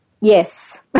yes